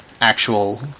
actual